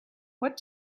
what